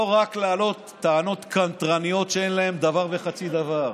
לא רק להעלות טענות קנטרניות שאין בהן דבר וחצי דבר.